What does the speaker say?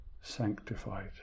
sanctified